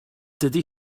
dydy